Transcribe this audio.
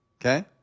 Okay